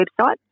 website